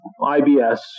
IBS